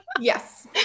Yes